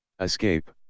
Escape